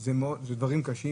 היא מערכת איזונים קשה.